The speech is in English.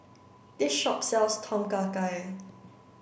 this shop sells Tom Kha Gai